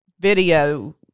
video